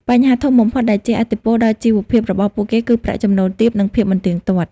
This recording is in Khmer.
បញ្ហាធំបំផុតដែលជះឥទ្ធិពលដល់ជីវភាពរបស់ពួកគេ គឺប្រាក់ចំណូលទាប និងភាពមិនទៀងទាត់។